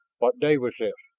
what day was this?